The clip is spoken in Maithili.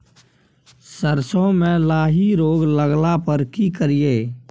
सरसो मे लाही रोग लगला पर की करिये?